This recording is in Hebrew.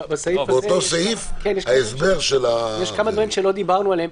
יש כמה דברים שלא דיברנו עליהם.